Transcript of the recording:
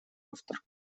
автор